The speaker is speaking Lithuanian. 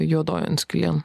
juodojon skylėn